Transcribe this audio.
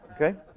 Okay